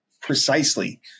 precisely